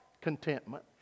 contentment